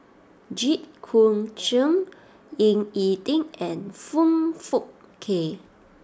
Jit Koon Ch'ng Ying E Ding and Foong Fook Kay